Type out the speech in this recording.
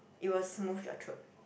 it will smooth your throat